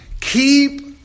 keep